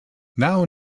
now